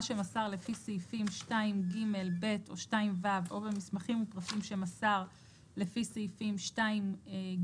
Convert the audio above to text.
שמסר לפי סעיפים 2ג(ב) או 2ו או במסמכים ופרטים שמסר לפי סעיפים 2ג(ב),